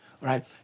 right